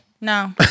No